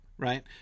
Right